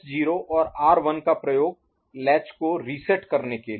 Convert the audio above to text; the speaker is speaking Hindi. और S 0 और R 1 का प्रयोग लैच को रिसेट करने के लिए